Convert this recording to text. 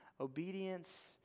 obedience